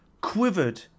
quivered